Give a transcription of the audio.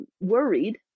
Worried